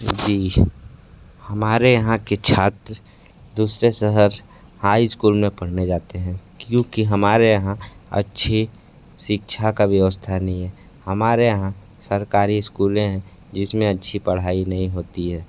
जी हमारे यहाँ के छात्र दूसरे शहर हाई स्कूल में पढ़ने जाते हैं क्योंकि हमारे यहाँ अच्छी शिक्षा का व्यवस्था नहीं है हमारे यहाँ सरकारी स्कूलें हैं जिसमें अच्छी पढ़ाई नहीं होती है